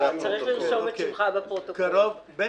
של בין